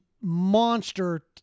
monster